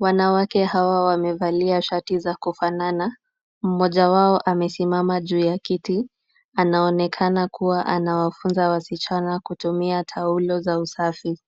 Wanawake hawa wamevalia shati za kufanana. Mmoja wao amesimama juu ya kiti . Anaonekana kuwa anawafunza wasichana kutumia taulo za usafi.